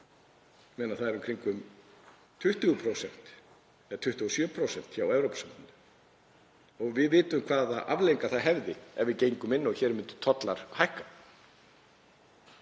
það er í kringum 20% eða 27% hjá Evrópusambandinu. Við vitum hvaða afleiðingar það hefði ef við gengjum inn og hér myndu tollar hækka.